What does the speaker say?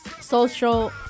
social